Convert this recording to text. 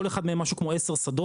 כל אחד מהם משהו כמו 10 שדות,